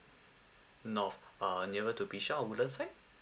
north uh nearer to bishan or woodland side